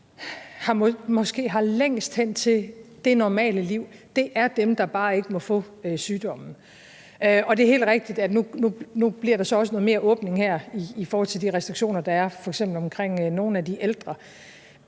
måske har længst hen til det normale liv, er dem, der bare ikke må få sygdommen. Og det er helt rigtigt, at nu bliver der så også noget mere åbning her i forhold til de restriktioner, der er, f.eks. omkring nogle af de ældre.